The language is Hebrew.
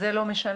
זה לא משנה,